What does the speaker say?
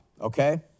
okay